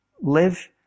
live